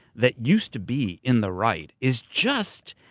that used to be in the right, is just.